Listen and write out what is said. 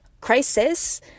crisis